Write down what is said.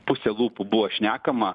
puse lūpų buvo šnekama